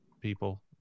people